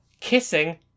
kissing